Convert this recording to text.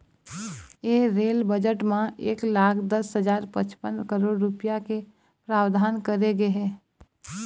ए rail budget म एक लाख दस हजार पचपन करोड़ रूपिया के प्रावधान करे गे हे